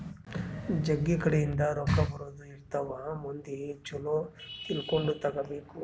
ಜಗ್ಗಿ ಕಡೆ ಇಂದ ರೊಕ್ಕ ಬರೋದ ಇರ್ತವ ಮಂದಿ ಚೊಲೊ ತಿಳ್ಕೊಂಡ ತಗಾಬೇಕು